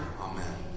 Amen